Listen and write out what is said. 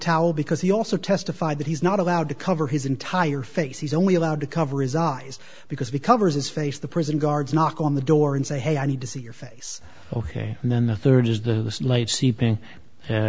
towel because he also testified that he's not allowed to cover his entire face he's only allowed to cover resides because we cover his face the prison guards knock on the door and say hey i need to see your face ok and then the third is the light seepin